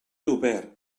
obert